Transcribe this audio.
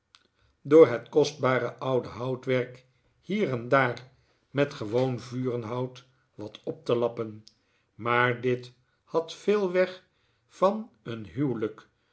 door het kostbare oude houtwerk hier en daar met gewoon vurenhout wat op te lappen maar dit had veel weg van een huwelijk